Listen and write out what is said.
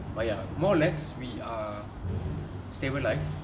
but ya more or less we are stabilised